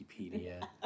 Wikipedia